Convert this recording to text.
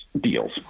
deals